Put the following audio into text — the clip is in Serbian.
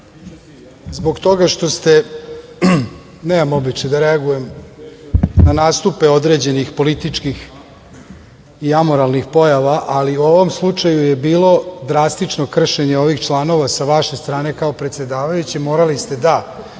zbog toga što ste, nemam običaj da reagujem na nastupe određenih političkih i amoralnih pojava, ali u ovom slučaju je bilo drastično kršenje ovih članova sa vaše strane kao predsedavajuće. Morali ste da